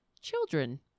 children